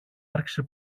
άρχισε